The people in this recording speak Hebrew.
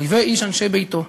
אויבי איש אנשי ביתו.